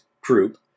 group